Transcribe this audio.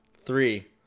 Three